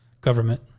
government